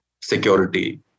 security